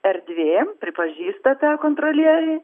erdvė pripažįsta tą kontrolieriai